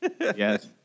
Yes